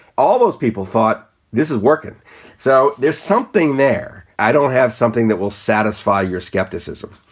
all those people thought this is working so there's something there. i don't have something that will satisfy your skepticism.